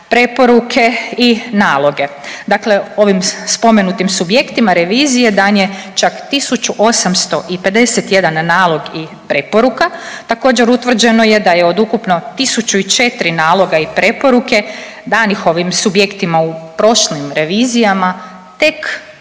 preporuke i naloge. Dakle, ovim spomenutim subjektima revizije dan je čak 1.851 nalog i preporuka. Također utvrđeno je da je od ukupno 1.004 naloga i preporuke danim ovim subjektima u prošlim revizijama tek